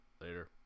Later